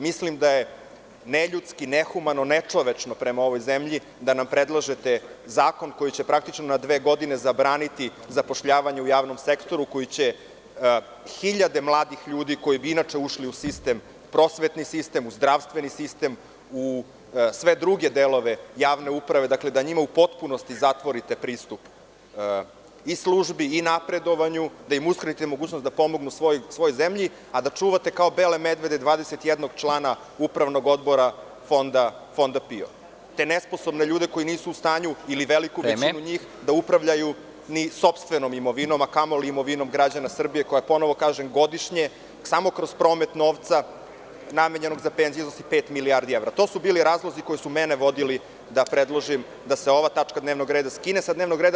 Mislim da je neljudski, nehumano, nečovečno prema ovoj zemlji da nam predlažete zakon koji će praktično na dve godine zabraniti zapošljavanje u javnom sektoru, koji će hiljade mladih ljudi, koji bi inače ušli u sistem, u prosvetni sistem, u zdravstveni sistem, u sve druge delove javne uprave, dakle, da njima u potpunosti zatvorite pristup i službi i napredovanju, da im uskratite mogućnost da pomognu svojoj zemlji, a da čuvate kao bele medvede 21 člana Upravnog odbora Fonda PIO, te nesposobne ljude koji nisu u stanju, ili veliku većinu njih, da upravljaju ni sopstvenom imovinom, a kamoli imovinom građana Srbije koja, ponovo kažem, godišnje samo kroz promet novca namenjenog za penzije iznosi pet milijardi evra. (Predsednik: Vreme.) To su bili razlozi koji su mene vodili da predložim da se ova tačka dnevnog reda skine sa dnevnog reda.